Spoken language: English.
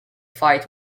fight